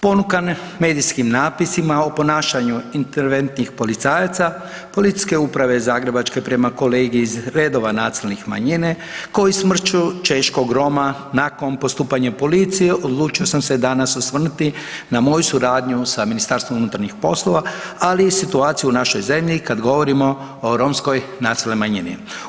Ponukan medijskim napisima o ponašanju interventnih policajaca PU Zagrebačke prema kolegi iz redova nacionalne manjine koji smrću češkog Roma nakon postupanja policije odlučio sam se danas osvrnuti na moju suradnju sa MUP-om, ali i situaciju u našoj zemlji kad govorimo o romskoj nacionalnoj manjini.